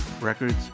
Records